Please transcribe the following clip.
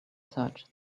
search